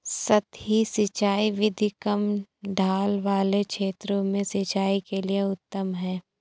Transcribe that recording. सतही सिंचाई विधि कम ढाल वाले क्षेत्रों में सिंचाई के लिए उत्तम है